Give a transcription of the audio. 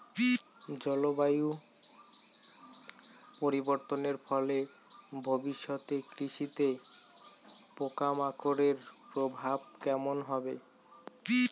জলবায়ু পরিবর্তনের ফলে ভবিষ্যতে কৃষিতে পোকামাকড়ের প্রভাব কেমন হবে?